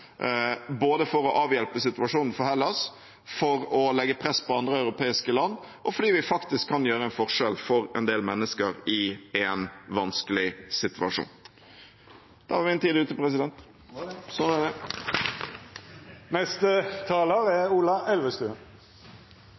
både for å avhjelpe situasjonen i Hellas, for å legge press på andre europeiske land, og fordi vi faktisk kan gjøre en forskjell for en del mennesker i en vanskelig situasjon. Da er min tid ute – sånn er det.